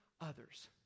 others